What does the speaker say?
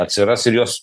atsiras ir jos